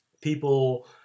people